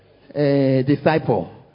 disciple